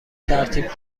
ترتیب